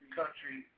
country